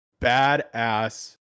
badass